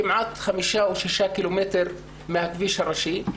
כמעט 5 או 6 קילומטרים מן הכביש הראשי.